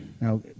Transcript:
Now